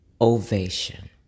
ovation